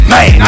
Man